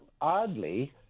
oddly